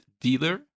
Dealer